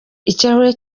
ikirahuri